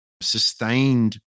sustained